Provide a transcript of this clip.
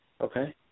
Okay